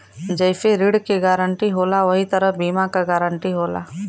जइसे ऋण के गारंटी होला वही तरह बीमा क गारंटी होला